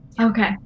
Okay